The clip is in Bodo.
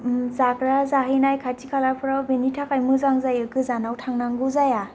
जाग्रा जाहैनाय खाथिखालाफ्राव बेनि थाखाय मोजां जायो गोजानाव थांनांगौ जाया